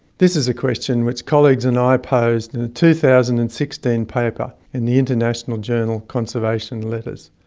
this is a question which colleagues and i posed in a two thousand and sixteen paper in the international journal conservation letters.